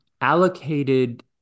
allocated